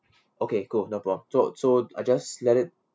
okay go no problem so so I just let it